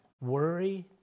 Worry